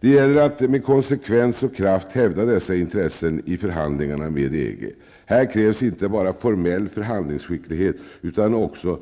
Det gäller att med konsekvens och kraft hävda dessa intressen i förhandlingarna med EG. Här krävs inte bara formell förhandlingsskicklighet utan också